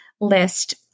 list